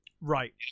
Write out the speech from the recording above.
Right